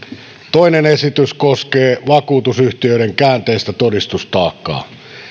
toinen esitys koskee vakuutusyhtiöiden käänteistä todistustaakkaa